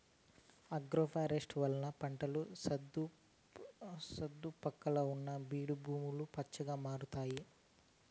agroforestry వల్ల పంటల సుట్టు పక్కల ఉన్న బీడు భూములు పచ్చగా అయితాయి